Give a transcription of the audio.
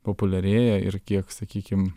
populiarėja ir kiek sakykim